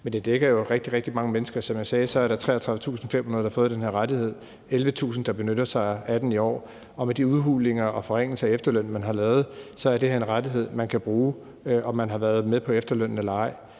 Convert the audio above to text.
men det dækker jo rigtig, rigtig mange mennesker. Som jeg sagde, er der 33.500, der har fået den her rettighed, og 11.000, der benytter sig af den i år, og med de udhulinger og forringelser af efterlønnen, man har lavet, så er det her en rettighed, man kan bruge, om man har været med på efterlønnen eller ej.